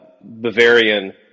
Bavarian